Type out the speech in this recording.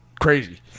crazy